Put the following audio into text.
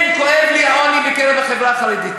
כן, כואב לי העוני בקרב החברה החרדית.